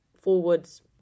forwards